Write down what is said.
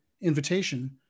invitation